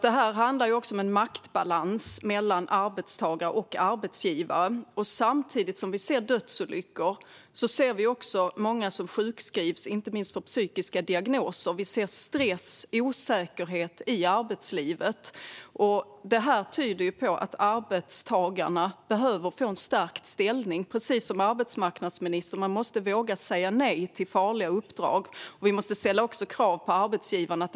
Det handlar också om en maktbalans mellan arbetstagare och arbetsgivare. Samtidigt som vi ser dödsolyckor ser vi många som sjukskrivs, inte minst för psykiska diagnoser, och vi ser stress och osäkerhet i arbetslivet. Det tyder på att arbetstagarna behöver få sin ställning stärkt, precis som arbetsmarknadsministern var inne på. Man måste våga säga nej till farliga uppdrag. Vi måste också ställa krav på arbetsgivarna från början.